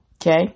Okay